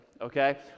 okay